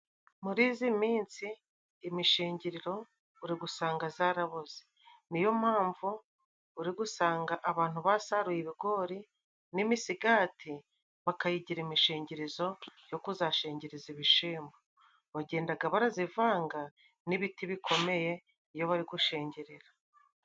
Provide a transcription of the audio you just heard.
Muri izi minsi imishingiriro uri gusanga zarabuze. Ni yo mpamvu uri gusanga abantu basaruye ibigori n'imisigati bakayigira imishingirizo yo kuzashingiriza ibishimbo. Bagendaga barazivanga n'ibiti bikomeye iyo bari gushingirira.